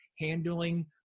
handling